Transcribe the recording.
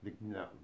No